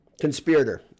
conspirator